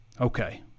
Okay